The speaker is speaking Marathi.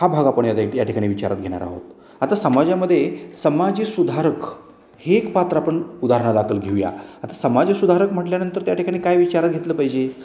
हा भाग आपण या ठिकाणी विचारात घेणार आहोत आता समाजामध्ये समाज सुधारक हे एक पात्र आपण उदाहरणा दाखल घेऊया आता समाज सुधारक म्हटल्यानंतर त्या ठिकाणी काय विचारात घेतलं पाहिजे